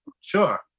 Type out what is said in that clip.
sure